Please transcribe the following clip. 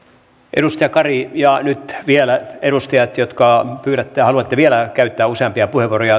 edustaja kari ja nyt vielä edustajat jotka pyydätte ja haluatte vielä käyttää useampia puheenvuoroja